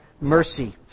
Mercy